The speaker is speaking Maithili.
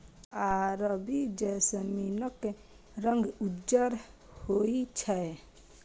अरबी जैस्मीनक रंग उज्जर होइ छै